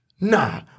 nah